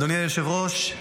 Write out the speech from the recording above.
אדוני היושב-ראש,